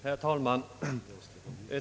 Herr talman!